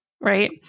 right